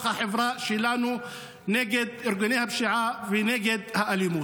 החברה שלנו נגד ארגוני הפשיעה ונגד האלימות.